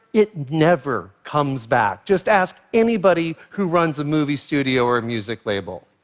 it never comes back just ask anybody who runs a movie studio or a music label.